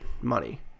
money